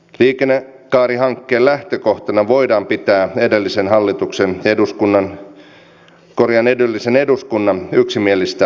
liikennekaarihankkeen lähtökohtana voidaan pitää edellisen eduskunnan yksimielistä korjausvelkaohjelmaa